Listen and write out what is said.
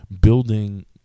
building